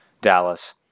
Dallas